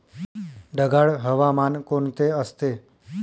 ढगाळ हवामान कोणते असते?